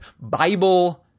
Bible-